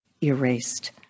erased